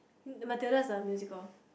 Matilda is the musical